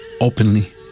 openly